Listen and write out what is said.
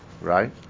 Right